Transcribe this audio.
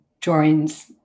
joins